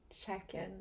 check-in